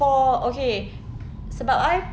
for okay sebab I